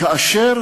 כאשר